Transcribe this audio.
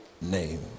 name